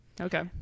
Okay